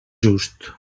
just